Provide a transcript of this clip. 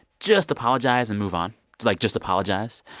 just apologize and move on. it's like, just apologize.